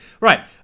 Right